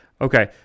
Okay